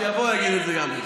שיבוא, נגיד גם את זה.